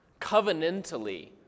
Covenantally